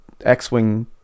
X-wing